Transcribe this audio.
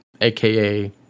AKA